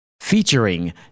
featuring